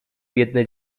biedne